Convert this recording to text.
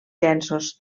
llenços